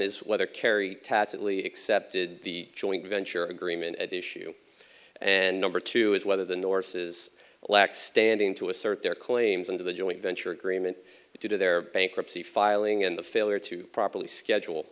is whether kerry tacitly accepted the joint venture agreement at issue and number two is whether the norse's lack standing to assert their claims into the joint venture agreement due to their bankruptcy filing and the failure to properly schedule